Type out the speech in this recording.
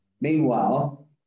Meanwhile